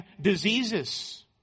diseases